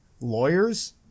lawyers